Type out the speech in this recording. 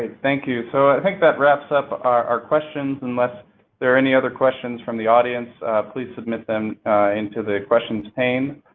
ah thank you. so, i think that wraps up our questions unless there are any other questions from the audience please submit them into the questions pane.